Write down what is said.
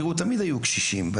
תמיד היו קשישים בארץ,